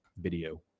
video